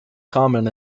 common